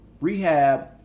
rehab